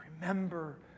Remember